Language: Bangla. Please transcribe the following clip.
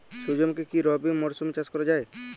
সুর্যমুখী কি রবি মরশুমে চাষ করা যায়?